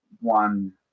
one